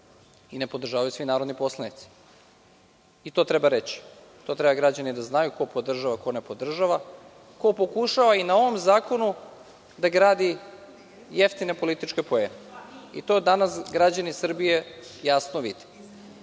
i ne podržavaju svi narodni poslanici. To treba reći. To treba građani da znaju, ko podržava a ko ne podržava, ko pokušava i na ovom zakonu da gradi jeftine političke poene. I to danas građani Srbije jasno vide. Da